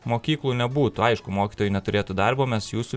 mokyklų nebūtų aišku mokytojai neturėtų darbo mes jūsų